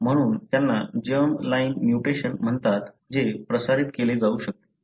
म्हणून त्यांना germ line mutation म्हणतात जे प्रसारित केले जाऊ शकते